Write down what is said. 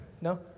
No